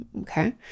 okay